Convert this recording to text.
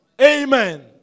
Amen